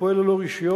הפועל ללא רשיון,